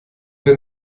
wir